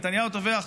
"נתניהו טובח"